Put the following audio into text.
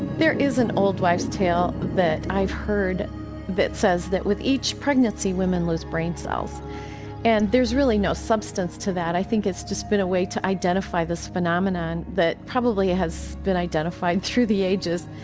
there is an old wives' tale that i've heard that says that with each pregnancy women lose brain cells and there's really no substance to that. i think it's just been a way to identify this phenomenon that probably has been identified through the ages.